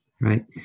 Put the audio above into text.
right